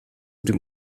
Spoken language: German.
dem